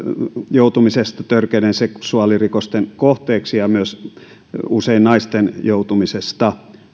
joutumisesta törkeiden seksuaalirikosten kohteeksi ja usein myös naisten joutumisesta